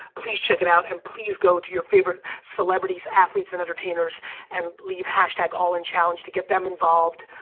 please check it out and please go to your favorite celebrities, athletes and entertainers and leave hashtag all in challenge to get them involved.